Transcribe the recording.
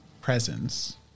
presence